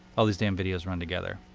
all these damn videos run together.